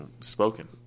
spoken